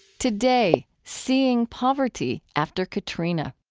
today, seeing poverty after katrina.